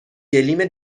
گلیم